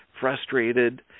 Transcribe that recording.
frustrated